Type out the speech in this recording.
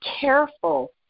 careful